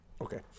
Okay